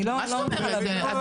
אני לא מבינה --- לא, לא.